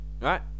right